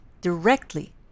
directly